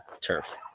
turf